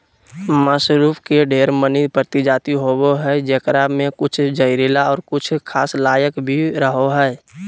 mushroom के ढेर मनी प्रजाति होवो हय जेकरा मे कुछ जहरीला और कुछ खाय लायक भी रहो हय